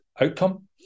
outcome